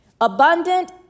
abundant